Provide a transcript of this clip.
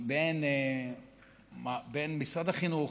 בין משרד החינוך